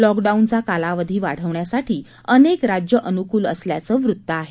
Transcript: लॉकडाऊनचा कालावधी वा वण्यासाठी अनेक राज्यं अनुकूल असल्याचं वृत्त आहे